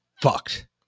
fucked